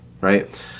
right